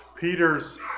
Peter's